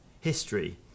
history